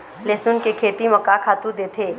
लेसुन के खेती म का खातू देथे?